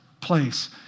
place